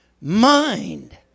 mind